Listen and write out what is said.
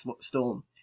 Storm